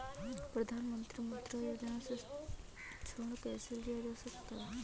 प्रधानमंत्री मुद्रा योजना से ऋण कैसे लिया जा सकता है?